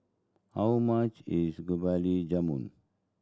how much is Jamun